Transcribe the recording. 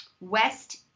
West